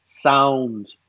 sound